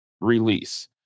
release